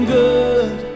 good